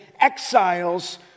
exiles